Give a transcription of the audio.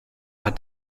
hat